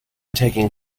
taking